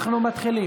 אנחנו מתחילים.